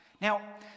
Now